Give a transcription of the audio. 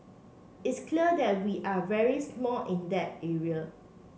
it's clear that we are very small in that area